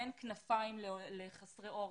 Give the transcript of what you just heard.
אין כנפיים לחסרי עורף,